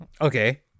Okay